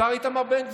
השר איתמר בן גביר.